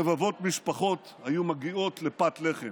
רבבות משפחות היו מגיעות לפת לחם.